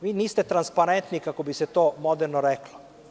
Vi niste transparentni kako bi se to moderno reklo.